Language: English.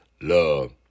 love